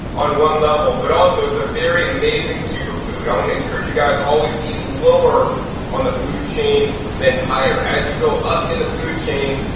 on one level but also it's a very amazing super food. i want to encourage you guys always to eat lower on the food chain than higher. as you go up in the food chain,